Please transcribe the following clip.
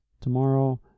Tomorrow